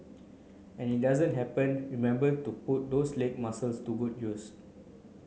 and it doesn't happen remember to put those leg muscles to good use